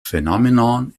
phenomenon